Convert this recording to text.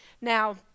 Now